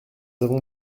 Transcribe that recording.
avons